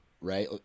right